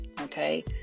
okay